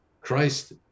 christ